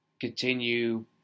continue